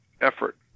effort